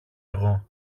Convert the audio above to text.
εγώ